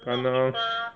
看 lor